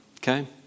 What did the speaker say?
Okay